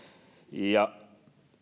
ja